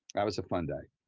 that was a fun day.